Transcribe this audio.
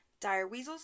direweasels